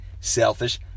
selfish